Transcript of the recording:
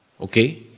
Okay